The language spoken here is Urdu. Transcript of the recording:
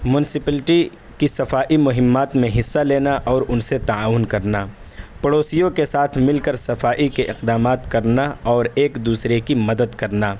مونسپلٹی کی صفائی مہمات میں حصہ لینا اور ان سے تعاون کرنا پڑوسیوں کے ساتھ مل کر صفائی کے اقدامات کرنا اور ایک دوسرے کی مدد کرنا